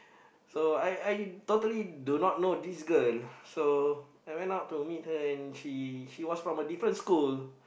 so I I totally do not know this girl so I went out to meet her and he he was from a different school